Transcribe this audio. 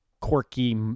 quirky